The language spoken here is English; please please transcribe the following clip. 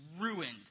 ruined